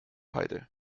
heide